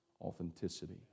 authenticity